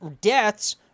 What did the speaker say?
deaths